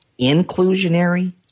inclusionary